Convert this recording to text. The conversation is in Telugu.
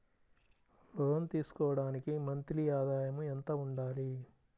లోను తీసుకోవడానికి మంత్లీ ఆదాయము ఎంత ఉండాలి?